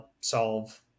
solve